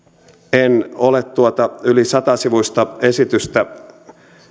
en ole tuota yli satasivuista esitystä